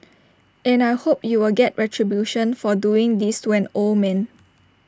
and I hope U will get retribution for doing this to an old man